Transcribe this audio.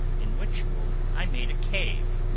in which i made a cave,